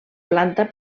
planta